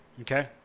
Okay